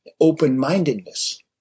Open-mindedness